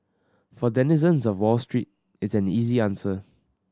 for denizens of Wall Street it's an easy answer